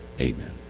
Amen